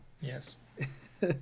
Yes